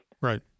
Right